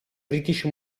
british